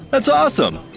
that's awesome!